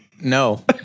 no